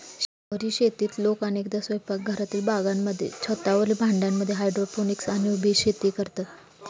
शहरी शेतीत लोक अनेकदा स्वयंपाकघरातील बागांमध्ये, छतावरील भांड्यांमध्ये हायड्रोपोनिक्स आणि उभी शेती करतात